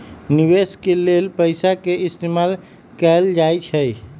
निवेश के लेल पैसा के इस्तमाल कएल जाई छई